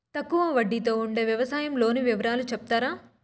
తక్కువ వడ్డీ తో ఉండే వ్యవసాయం లోను వివరాలు సెప్తారా?